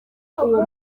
uwo